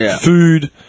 food